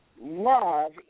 love